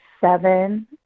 seven